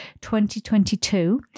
2022